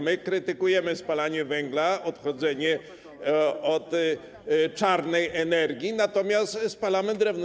My krytykujemy spalanie węgla, nieodchodzenie od czarnej energii, natomiast spalamy drewno.